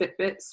Fitbits